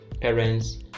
parents